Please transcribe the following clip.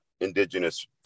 Indigenous